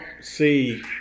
see